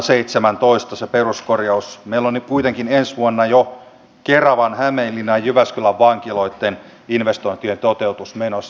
meillä on nyt kuitenkin ensi vuonna jo keravan hämeenlinnan ja jyväskylän vankiloitten investointien toteutus menossa